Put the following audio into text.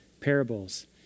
parables